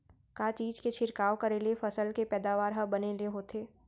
का चीज के छिड़काव करें ले फसल के पैदावार ह बने ले होथे?